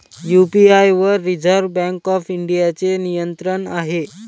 UPI वर reserve bank of इंडियाचे नियंत्रण आहे